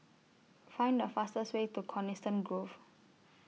Find The fastest Way to Coniston Grove